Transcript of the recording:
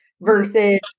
versus